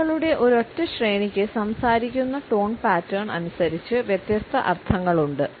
വാക്കുകളുടെ ഒരൊറ്റ ശ്രേണിക്ക് സംസാരിക്കുന്ന ടോൺ പാറ്റേൺ അനുസരിച്ച് വ്യത്യസ്ത അർത്ഥങ്ങളുണ്ട്